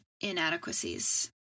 inadequacies